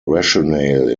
rationale